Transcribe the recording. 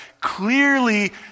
clearly